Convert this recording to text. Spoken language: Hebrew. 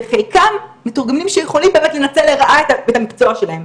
וחלקם מתורגמנים שיכולים באמת לנצל לרעה את המקצוע שלהם.